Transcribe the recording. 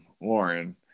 Lauren